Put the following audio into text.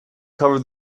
cover